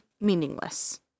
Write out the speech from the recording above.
meaningless